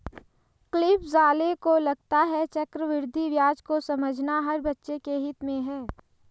Cliff Zale को लगता है चक्रवृद्धि ब्याज को समझना हर बच्चे के हित में है